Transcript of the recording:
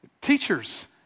Teachers